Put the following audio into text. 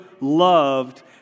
loved